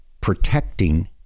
protecting